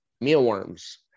mealworms